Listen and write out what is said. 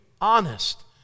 honest